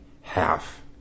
half